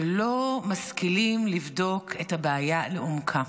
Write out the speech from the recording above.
ולא משכילים לבדוק את הבעיה לעומקה.